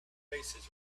faces